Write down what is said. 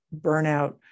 burnout